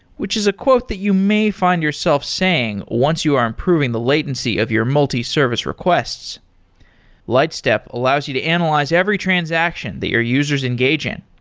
which is a quote that you may find yourself saying once you are improving the latency of your multi-service requests lightstep allows you to analyze every transaction that your users users engage in.